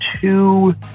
two